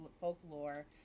folklore